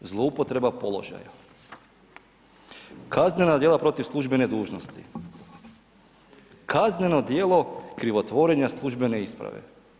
Zloupotreba položaja, kaznena djela protiv službene dužnosti, kazneno djelo krivotvorenja službene isprave.